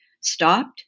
stopped